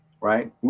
right